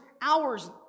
hours